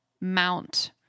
mount